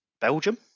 Belgium